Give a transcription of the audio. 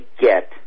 get